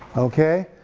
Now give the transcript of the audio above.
okay,